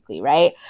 Right